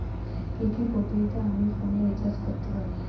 কি কি পদ্ধতিতে আমি ফোনে রিচার্জ করতে পারি?